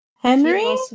Henry